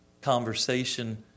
conversation